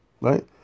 right